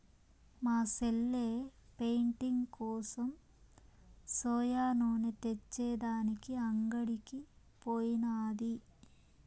మా సెల్లె పెయింటింగ్ కోసం సోయా నూనె తెచ్చే దానికి అంగడికి పోయినాది